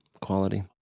quality